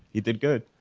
he did good.